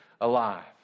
alive